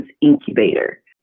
incubator